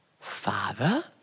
Father